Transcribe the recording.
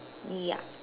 ya